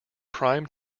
prime